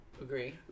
Agree